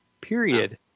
period